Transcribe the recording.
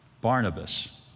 Barnabas